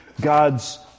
God's